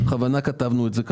בכוונה כך כתבנו.